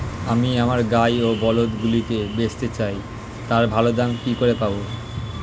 আমি আমার গাই ও বলদগুলিকে বেঁচতে চাই, তার ভালো দাম কি করে পাবো?